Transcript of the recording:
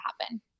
happen